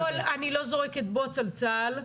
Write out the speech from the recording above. אני לא זורקת בוץ על צה"ל.